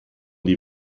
die